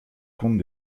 compte